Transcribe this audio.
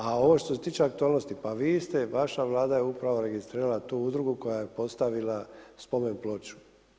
A ovo što se tiče aktualnosti, pa vi ste, vaša Vlada je upravo registrirala tu udrugu koja je postavila spomen ploču.